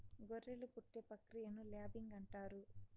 గొర్రెలు పుట్టే ప్రక్రియను ల్యాంబింగ్ అంటారు